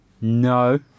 No